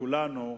לכולנו,